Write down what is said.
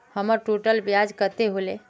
हमर टोटल ब्याज कते होले?